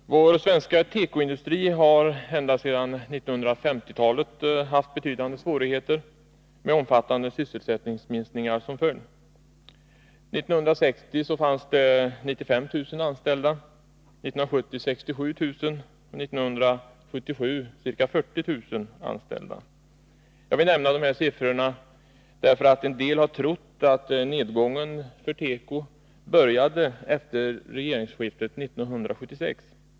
Fru talman! Vår svenska tekoindustri har ända sedan 1950-talet haft betydande svårigheter, med omfattande sysselsättningsminskningar som följd. År 1960 fanns det 95 000 anställda, år 1970 67 000 och år 1977 ca 40 000. Jag vill nämna dessa siffror, därför att en del har trott att nedgången för teko började efter regeringsskiftet 1976.